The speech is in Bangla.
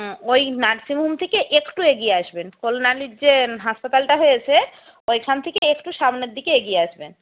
ওই নার্সিং হোম থেকে একটু এগিয়ে আসবেন কল্যাণীর যে হাসপাতালটা হয়েছে ওইখান থেকে একটু সামনের দিকে এগিয়ে আসবেন